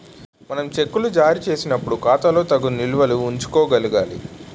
మనం చెక్కులు జారీ చేసినప్పుడు ఖాతాలో తగు నిల్వలు ఉంచుకోగలగాలి